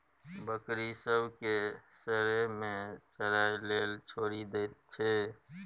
बकरी सब केँ सरेह मे चरय लेल छोड़ि दैत छै